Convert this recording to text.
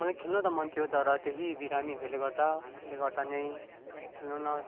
मलाई खेल्न त मन थियो तर फेरी बिमारी भएकोले गर्दा त्यसले गर्दा नै खेल्न